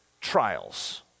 trials